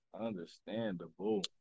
Understandable